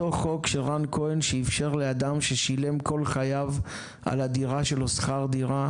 אותו חוק שרן כהן שאפשר לאדם ששילם כל חייו על הדירה שלו שכר דירה,